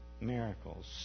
miracles